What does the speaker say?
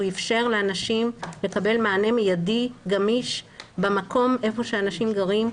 איפשר לאנשים לקבל מענה מיידי גמיש במקום איפה שאנשים גרים,